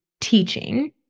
teaching